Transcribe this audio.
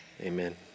Amen